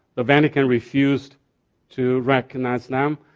the vatican refused to recognize them.